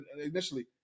initially